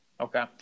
Okay